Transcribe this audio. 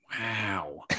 Wow